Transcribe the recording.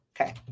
Okay